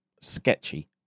sketchy